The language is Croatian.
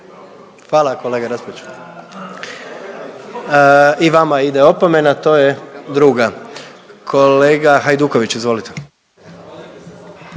Hvala kolega Raspudiću. I vama ide opomena. To je druga. Kolega Hajduković, izvolite.